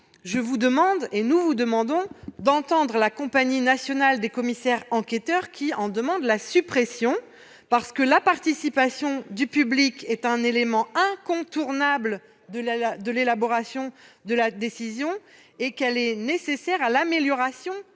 de cet article, nous vous demandons d'entendre la Compagnie nationale des commissaires enquêteurs, qui en demande la suppression. En effet, la participation du public est un élément incontournable de l'élaboration de la décision ; elle est nécessaire à l'amélioration